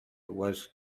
was